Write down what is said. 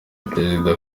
perezida